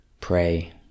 pray